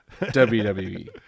WWE